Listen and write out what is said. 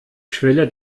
schwelle